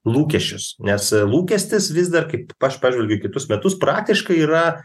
lūkesčius nes lūkestis vis dar kaip aš pažvelgiu į kitus metus praktiškai yra